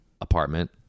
apartment